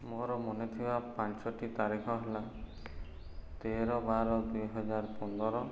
ମୋର ମନେଥିବା ପାଞ୍ଚଟି ତାରିଖ ହେଲା ତେର ବାର ଦୁଇହଜାର ପନ୍ଦର